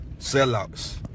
Sellouts